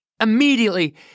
Immediately